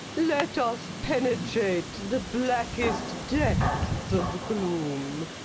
let us penetrate the blackest depths of gloom.